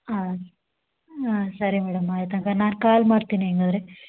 ಹಾಂ ಹಾಂ ಸರಿ ಮೇಡಮ್ ಆಯ್ತು ಹಂಗಾರ್ ನಾನು ಕಾಲ್ ಮಾಡ್ತೀನಿ ಹಂಗಾದ್ರೆ